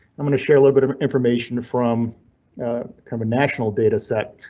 i'm going to share a little bit of information from kind of national data set.